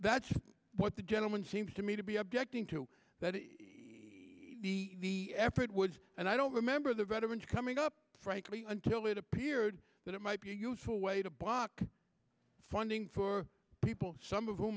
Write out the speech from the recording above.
that's what the gentleman seems to me to be objecting to that the effort was and i don't remember the veterans coming up frankly until it appeared that it might be a useful way to block funding for people some of who